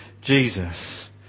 Jesus